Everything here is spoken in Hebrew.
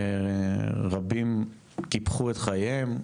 רבים קיפחו את חייהם,